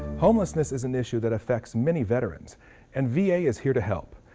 homelessness is an issue that affects many veterans and v a. is here to help.